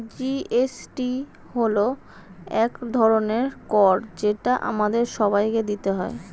GST হল এক ধরনের কর যেটা আমাদের সবাইকে দিতে হয়